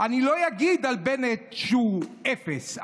אני לא אגיד על בנט שהוא אפס.